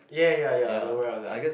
ya ya ya I'm aware of that